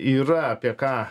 yra apie ką